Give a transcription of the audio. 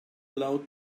allowed